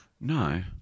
No